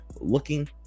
looking